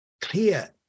clear